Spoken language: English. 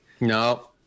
No